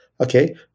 okay